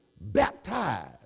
baptized